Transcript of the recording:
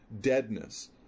deadness